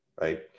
right